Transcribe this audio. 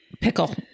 pickle